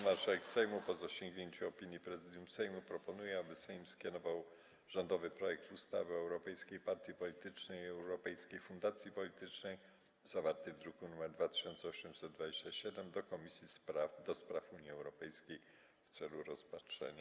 Marszałek Sejmu, po zasięgnięciu opinii Prezydium Sejmu, proponuje, aby Sejm skierował rządowy projekt ustawy o europejskiej partii politycznej i europejskiej fundacji politycznej, zawarty w druku nr 2827, do Komisji do Spraw Unii Europejskiej w celu rozpatrzenia.